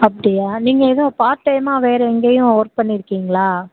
அப்படியா நீங்கள் எதுவும் பார்ட் டைமாக வேறு எங்கேயும் ஒர்க் பண்ணியிருக்கீங்களா